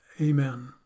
Amen